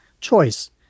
choice